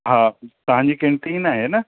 हा तव्हांजी कैंटीन आहे न